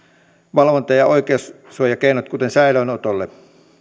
valvonta ja oikeussuojakeinot kuten säilöönotolle